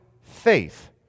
faith